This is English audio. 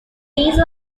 these